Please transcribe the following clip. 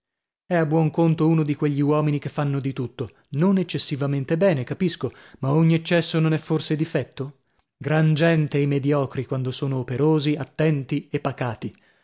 è a buon conto uno di quegli uomini che fanno di tutto non eccessivamente bene capisco ma ogni eccesso non è forse difetto gran gente i mediocri quando sono operosi attenti e pacati